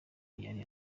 yari